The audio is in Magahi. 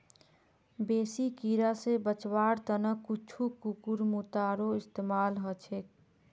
बेसी कीरा स बचवार त न कुछू कुकुरमुत्तारो इस्तमाल ह छेक